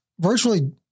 virtually